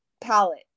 palette